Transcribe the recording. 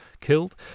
killed